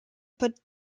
but